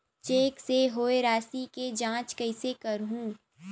Cheque से होए राशि के जांच कइसे करहु?